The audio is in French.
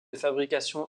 fabrication